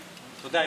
אתה יודע,